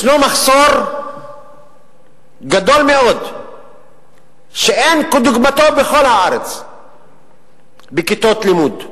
ישנו מחסור גדול מאוד שאין כדוגמתו בכל הארץ בכיתות לימוד,